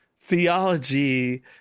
theology